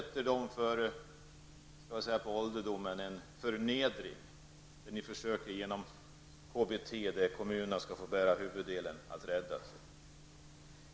Dessa pensionärer utsätts därmed på ålderdomen för en förnedring, som ni genom KBT, som kommunerna skall få bära huvudansvaret för, försöker rädda dem ifrån.